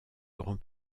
grand